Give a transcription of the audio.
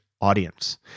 audience